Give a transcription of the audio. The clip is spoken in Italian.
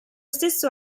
stesso